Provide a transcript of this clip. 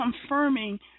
confirming